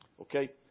okay